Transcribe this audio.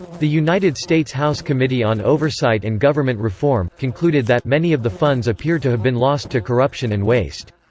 the united states house committee on oversight and government reform, concluded that many of the funds appear to have been lost to corruption and waste.